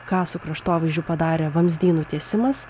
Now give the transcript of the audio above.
ką su kraštovaizdžiu padarė vamzdynų tiesimas